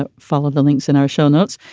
ah follow the links in our show notes,